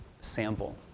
sample